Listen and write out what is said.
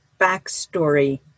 backstory